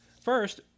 First